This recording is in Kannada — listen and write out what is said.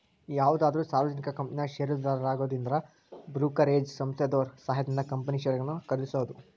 ಯಾವುದಾದ್ರು ಸಾರ್ವಜನಿಕ ಕಂಪನ್ಯಾಗ ಷೇರುದಾರರಾಗುದಂದ್ರ ಬ್ರೋಕರೇಜ್ ಸಂಸ್ಥೆದೋರ್ ಸಹಾಯದಿಂದ ಕಂಪನಿ ಷೇರುಗಳನ್ನ ಖರೇದಿಸೋದು